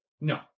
No